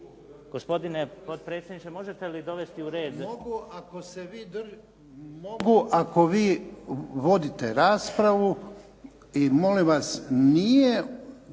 Gospodine potpredsjedniče, možete li dovesti u red. **Jarnjak, Ivan (HDZ)** Mogu ako vi vodite raspravu i molim vas nije